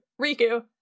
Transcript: Riku